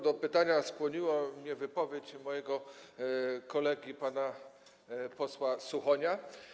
Do pytania skłoniła mnie wypowiedź mojego kolegi pana posła Suchonia.